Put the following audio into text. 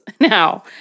now